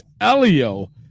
Elio